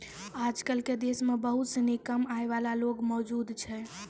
आजकल देश म बहुत सिनी कम आय वाला लोग मौजूद छै